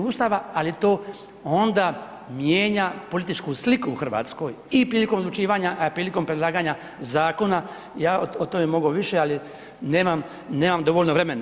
Ustava, ali to onda mijenja političku sliku u Hrvatskoj, i prilikom odlučivanja, prilikom predlaganja zakona, ja o tome bi mogao više, ali nemam dovoljno vremena.